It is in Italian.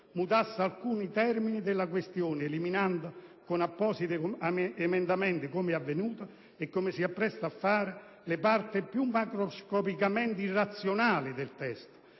mutasse alcuni termini della questione eliminando con appositi emendamenti, come è avvenuto e come si appresta a fare, le parti più macroscopicamente irrazionali del testo,